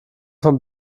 von